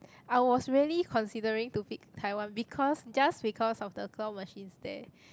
I was really considering to pick Taiwan because just because of the claw machines there